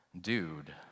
dude